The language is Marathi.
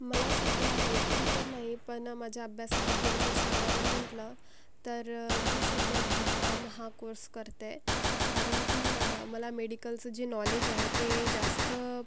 मला सध्या नोकरी तर नाही पण माझ्या अभ्यासाबद्दल जर सांगायला म्हटलं तर मी सध्या बी फाम हा कोर्स करतेय कारण की मला मेडिकलचं जे नॉलेज आहे ते जास्त